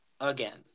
again